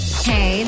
Hey